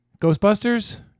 Ghostbusters